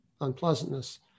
unpleasantness